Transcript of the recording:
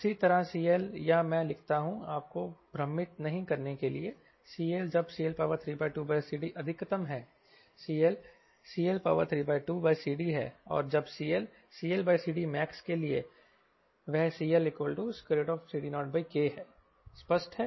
उसी तरह CL या मैं लिखता हूं आपको भ्रमित नहीं करने के लिए CL जब CL32CD अधिकतम है CL CL32CD है और जब CL CLCDmaxके लिए वह CLCD0K है स्पष्ट है